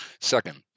Second